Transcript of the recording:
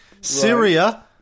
Syria